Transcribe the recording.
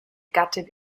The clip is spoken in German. gattin